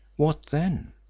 what then?